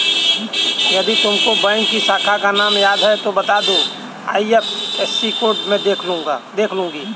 यदि तुमको बैंक की शाखा का नाम याद है तो वो बता दो, आई.एफ.एस.सी कोड में देख लूंगी